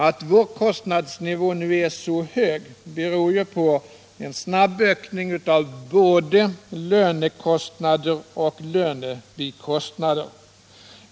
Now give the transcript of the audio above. Att vår kostnadsnivå är så hög beror ju på en snabb ökning av både lönekostnader och lönebikostnader.